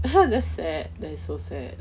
that's sad that is so sad